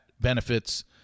benefits